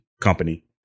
company